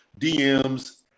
DMs